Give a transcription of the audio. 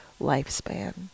lifespan